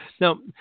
Now